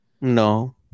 No